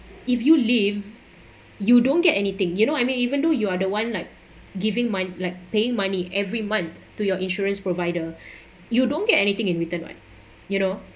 if you leave you don't get anything you know what I mean even though you are the one like giving my like paying money every month to your insurance provider you don't get anything in return [what] you know